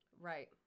Right